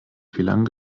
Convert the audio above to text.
fehlern